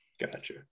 Gotcha